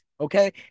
Okay